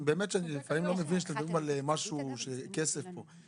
אני לא מבין למה אתם מדברים על כסף פה.